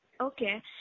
okay